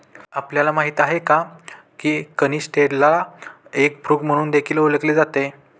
आपल्याला माहित आहे का? की कनिस्टेलला एग फ्रूट म्हणून देखील ओळखले जाते